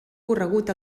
corregut